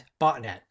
botnet